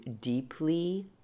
deeply